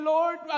Lord